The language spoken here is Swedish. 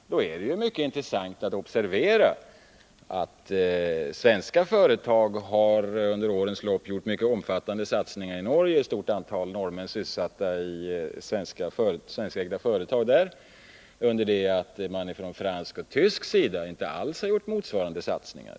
Vid den jämförelsen är det mycket intressant att observera att under det att svenska företag under årens lopp har gjort mycket omfattande satsningar i Norge och har ett stort antal norrmän sysselsatta i sina företag där så har man från fransk och tysk sida inte alls gjort motsvarande satsningar.